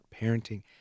parenting